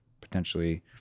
potentially